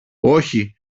όχι